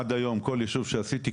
עד היום כל ישוב שעשיתי,